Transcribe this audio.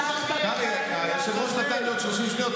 שלחת את החיילים לעזאזל.